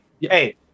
hey